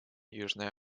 южная